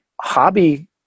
hobby